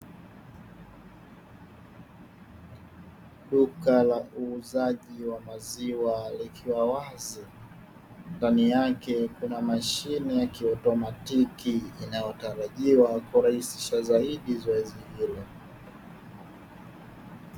Duka la uuzaji wa maziwa likiwa wazi, ndani yake kuna mashine ya kiautomatiki inayotarajiwa kurahisisha zaidi zoezi hilo.